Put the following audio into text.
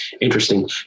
interesting